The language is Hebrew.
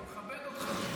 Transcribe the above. אני מכבד אותך.